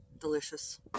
delicious